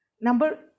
Number